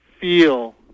feel